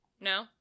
No